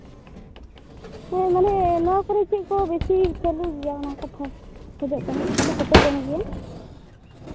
ᱢᱟᱱᱮ ᱱᱚᱣᱟ ᱠᱚᱨᱮᱜ ᱪᱮᱫ ᱠᱚ ᱵᱮᱥᱤ ᱪᱟᱹᱞᱩ ᱜᱮᱭᱟ ᱚᱱᱟ ᱠᱟᱛᱷᱟ ᱠᱷᱚᱡᱚᱜ ᱠᱟᱱᱟ ᱪᱮᱫ ᱠᱚᱯᱮ ᱡᱚᱢ ᱜᱮᱭᱟ